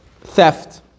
theft